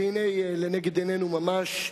והנה, לנגד עינינו ממש,